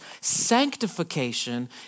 sanctification